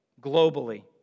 globally